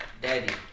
Daddy